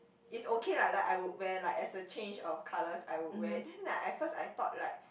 it's okay lah like I would where like as a change of colours I would wear it then like I first I thought like